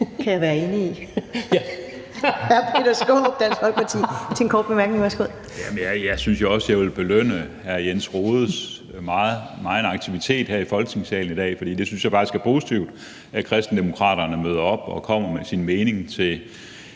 Peter Skaarup (DF): Jeg synes også, jeg ville belønne hr. Jens Rohdes megen aktivitet her i Folketingssalen i dag, for jeg synes faktisk, det er positivt, at Kristendemokraterne møder op og kommer med deres mening om